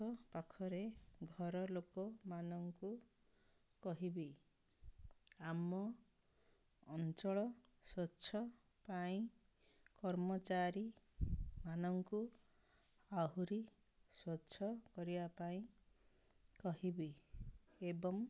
ପାଖ ପାଖରେ ଘର ଲୋକମାନଙ୍କୁ କହିବି ଆମ ଅଞ୍ଚଳ ସ୍ୱଚ୍ଛ ପାଇଁ କର୍ମଚାରୀମାନଙ୍କୁ ଆହୁରି ସ୍ୱଚ୍ଛ କରିବା ପାଇଁ କହିବି ଏବଂ